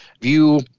view